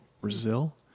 Brazil